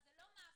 אז זה לא מאפיה.